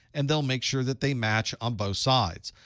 and they'll make sure that they match on both sides.